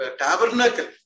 tabernacle